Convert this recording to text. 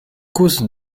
causse